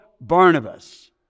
Barnabas